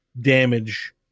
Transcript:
damage